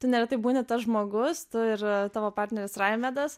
neretai būna tas žmogus ir tavo partneris rajemedas